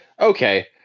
okay